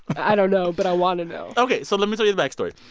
i don't know, but i want to know ok, so let me tell you the backstory.